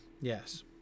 Yes